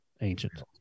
ancient